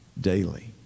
daily